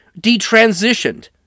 detransitioned